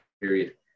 period